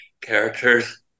characters